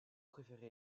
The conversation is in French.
préféré